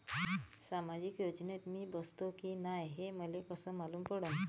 सामाजिक योजनेत मी बसतो की नाय हे मले कस मालूम पडन?